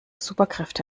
superkräfte